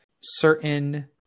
certain